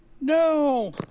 No